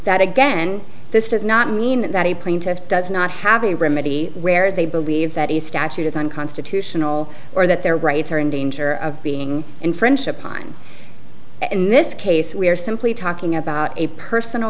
that again this does not mean that a plaintiff does not have a remedy where they believe that a statute is unconstitutional or that their rights are in danger of being in friendship on in this case we're simply talking about a personal